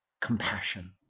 compassion